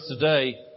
today